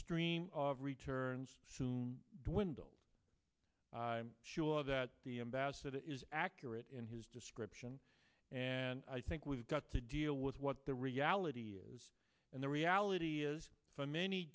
stream of returns soon dwindled i'm sure that the ambassador is accurate in his description and i think we've got to deal with what the reality is and the reality is for many